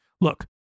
Look